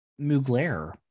mugler